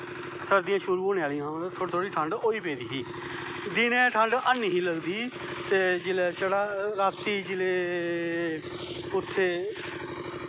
सर्दियां शुरु होनें आह्लियां हां थोह्ड़ी थोह्ड़ी ठंड होनें आह्ली ही दिनैं ठंड हैनी लगदी ही राती जिसलै ते